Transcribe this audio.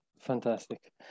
Fantastic